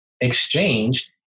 exchange